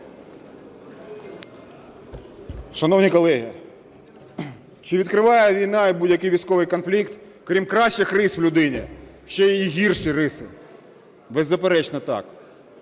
Шановні колеги, чи відкриває війна і будь-який військовий конфлікт крім кращих рис в людині, ще її гірші риси? Беззаперечно, так.